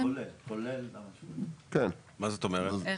לפי